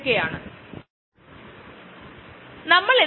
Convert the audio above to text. ഈ പ്രക്രിയ നേരെയുള്ളതും ലളിതവുമാണ്